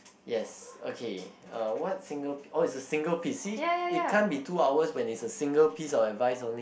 yes okay uh what Singap~ oh is a single piece it can't be two hours when it was a single piece of advice only